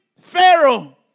Pharaoh